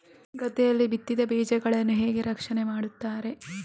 ಗದ್ದೆಯಲ್ಲಿ ಬಿತ್ತಿದ ಬೀಜಗಳನ್ನು ಹೇಗೆ ರಕ್ಷಣೆ ಮಾಡುತ್ತಾರೆ?